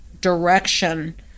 direction